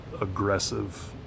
aggressive